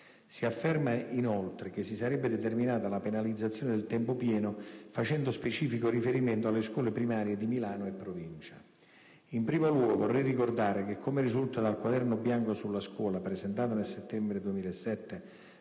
Si afferma, inoltre, che si sarebbe determinata la penalizzazione del tempo pieno, facendo specifico riferimento alle scuole primarie di Milano e provincia. In primo luogo, vorrei ricordare che, come risulta dal Quaderno bianco sulla scuola presentato nel settembre 2007